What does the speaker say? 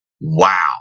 Wow